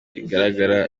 igaragaza